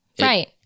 right